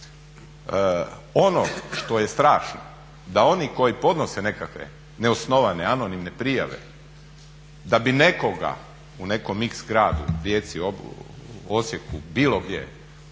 Ono što je strašno, da oni koji podnose nekakve neosnovane anonimne prijave da bi nekoga u nekom x gradu, Rijeci, Osijeku, bilo gdje,